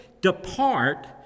depart